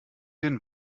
den